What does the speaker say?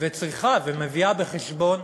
וצריכה ומביאה בחשבון